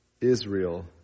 Israel